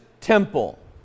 temple